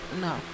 no